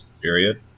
period